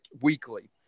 weekly